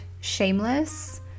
Shameless